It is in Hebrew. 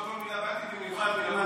אנחנו רוצים לשמוע כל מילה.